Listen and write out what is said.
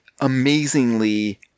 amazingly